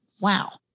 wow